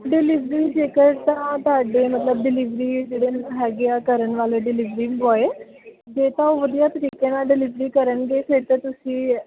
delivery ਜੇਕਰ ਤਾਂ ਤੁਹਾਡੇ ਮਤਲਬ ਡਿਲੀਵਰੀ ਜਿਹੜੇ ਹੈਗੇ ਆ ਕਰਨ ਵਾਲੇ ਡਿਲੀਵਰੀ ਬੋਏ ਜੇ ਤਾਂ ਉਹ ਵਧੀਆ ਤਰੀਕੇ ਨਾਲ ਡਿਲੀਵਰੀ ਕਰਨਗੇ ਫਿਰ ਤਾਂ ਤੁਸੀਂ